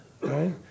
right